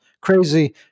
crazy